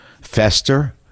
fester